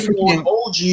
OG